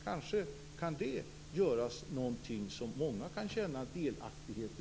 Kanske kan det göras någonting som många kan känna sig delaktiga i.